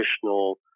traditional